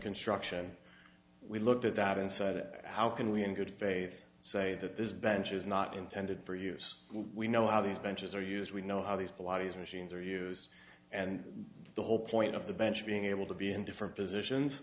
construction we looked at that and said it how can we in good faith say that this bench is not intended for use we know how these benches are used we know how these bodies machines are used and the whole point of the bench being able to be in different positions